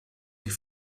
die